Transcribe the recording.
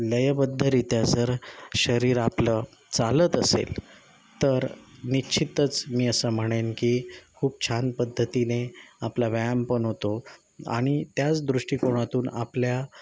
लयबद्धरित्या जर शरीर आपलं चालत असेल तर निश्चितच मी असं म्हणेन की खूप छान पद्धतीने आपला व्यायाम पण होतो आणि त्याच दृष्टिकोनातून आपल्या